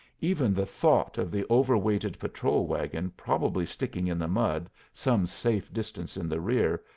even the thought of the over-weighted patrol-wagon probably sticking in the mud some safe distance in the rear,